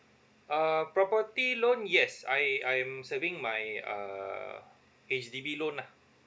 uh property loan yes I I am serving my err H_D_B loan lah